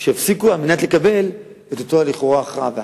שיפסיקו על מנת לקבל את אותה הכרעה והחלטה,